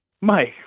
Mike